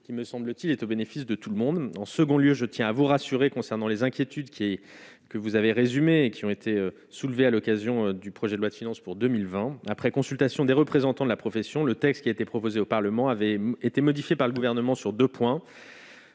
qui, me semble-t-il, est au bénéfice de tout le monde, en second lieu, je tiens à vous rassurer concernant les inquiétudes qui est que vous avez résumé qui ont été soulevées à l'occasion du projet de loi de finances pour 2020, après consultation des représentants de la profession, le texte qui a été proposé au Parlement avait été modifié par le gouvernement, sur 2 points.